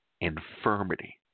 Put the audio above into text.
infirmity